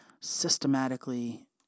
systematically